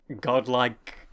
godlike